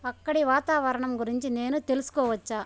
అక్కడి వాతావరణం గురించి నేను తెలుసుకోవచ్చా